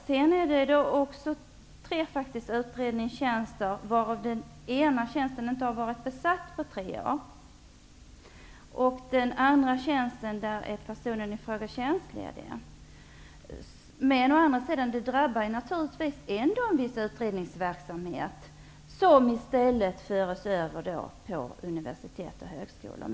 Tre utredartjänster försvinner också. En av tjänsterna har inte varit besatt på tre år. En annan person på en sådan tjänst är tjänstledig. Men det drabbar naturligtvis ändå en viss utredningsverksamhet, som förs över till universitet och högskolor.